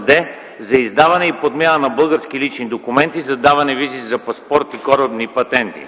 д) за издаване и подмяна на български лични документи, за даване разни визи за паспорти и корабни патенти”.